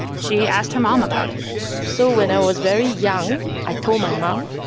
she asked her mom about it so when i was very young, i told my mom,